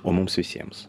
o mums visiems